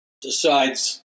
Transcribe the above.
decides